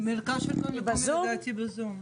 הם בזום?